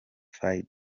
faye